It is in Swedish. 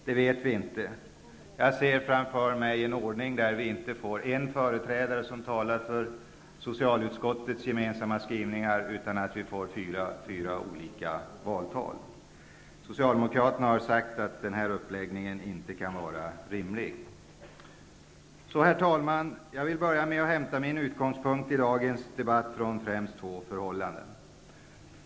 Det vet vi inte. Jag ser framför mig en ordning där vi inte får en företrädare som talar för socialutskottets gemensamma skrivningar utan att vi får fyra olika valtal. Socialdemokraterna har sagt att den uppläggningen inte kan vara rimlig. Herr talman! Jag vill börja med att hämta min utgångspunkt för dagens debatt från främst två förhållanden.